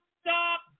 stop